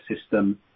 system